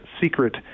secret